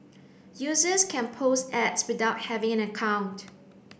users can post Ads without having an account